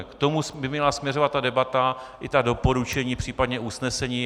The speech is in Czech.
K tomu by měla směřovat debata i doporučení, případně usnesení.